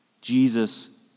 Jesus